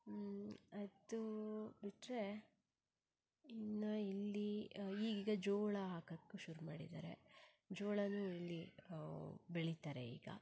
ಅದು ಬಿಟ್ಟರೆ ಇನ್ನು ಇಲ್ಲಿ ಈಗೀಗ ಜೋಳ ಹಾಕೋಕ್ಕೂ ಶುರು ಮಾಡಿದ್ದಾರೆ ಜೋಳನೂ ಇಲ್ಲಿ ಬೆಳೀತಾರೆ ಈಗ